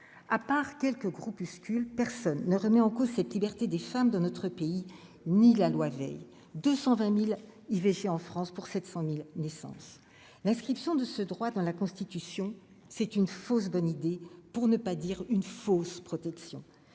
à part quelques groupuscules, personne ne remet en cause cette liberté des femmes de notre pays, ni la loi Veil 220000 IVG en France pour 700000 naissances l'inscription de ce droit dans la Constitution, c'est une fausse bonne idée pour ne pas dire une fausse protection